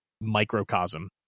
microcosm